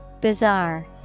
Bizarre